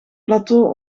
plateau